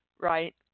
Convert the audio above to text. Right